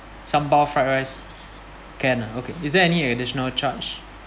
sambal fried rice can ah okay is there any additional charge